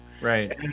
Right